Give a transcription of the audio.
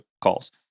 calls